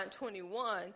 21